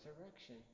resurrection